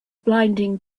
blinding